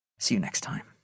see you next time